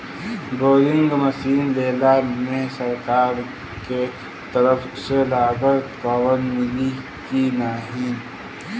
Boring machine लेला मे सरकार के तरफ से लागत कवर मिली की नाही?